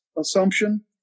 assumption